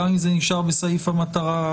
גם אם זה נשאר בסעיף המטרה,